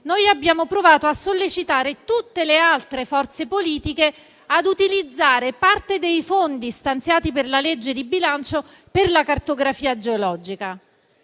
abbiamo provato a sollecitare tutte le altre forze politiche ad utilizzare parte dei fondi stanziati per la legge di bilancio per la cartografia geologica.